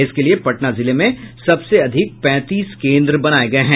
इसके लिए पटना जिले में सबसे अधिक पैंतीस केन्द्र बनाये गये हैं